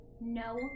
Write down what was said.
No